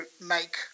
make